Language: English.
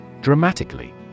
Dramatically